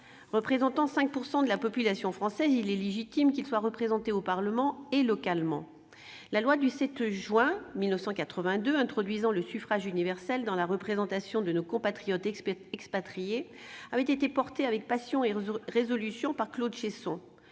Représentant 5 % de la population française, il est légitime qu'ils soient représentés au Parlement et localement. La loi du 7 juin 1982 introduisant le suffrage universel dans la représentation de nos compatriotes expatriés avait été défendue avec passion et résolution par Claude Cheysson.